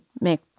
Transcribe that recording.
make